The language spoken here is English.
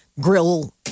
grill